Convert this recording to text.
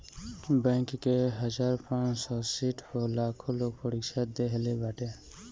bank के हजार पांच सौ सीट पअ लाखो लोग परीक्षा देहले बाटे